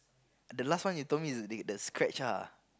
the last one you told me is the scratch lah